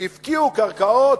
הפקיעו קרקעות,